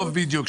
בדיוק,